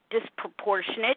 disproportionate